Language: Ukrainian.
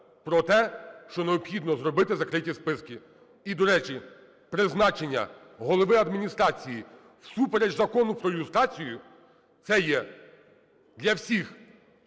про те, що необхідно зробити закриті списки. І, до речі, призначення голови Адміністрації всупереч Закону про люстрацію – це є для всіх,